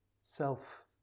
self